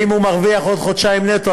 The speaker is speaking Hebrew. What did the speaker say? ואם הוא מרוויח עוד חודשיים נטו,